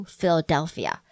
Philadelphia